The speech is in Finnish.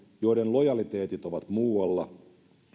joiden lojaliteetit ovat muualla